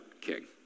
king